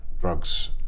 drugs